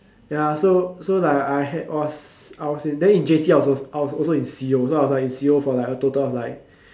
ya so so like I had was I was in then in J_C I was I was also in C_O so I was like in C_O for a total of like